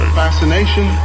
fascination